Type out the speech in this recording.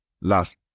Las